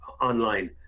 online